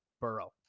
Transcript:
Burrow